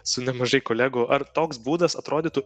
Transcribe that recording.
su nemažai kolegų ar toks būdas atrodytų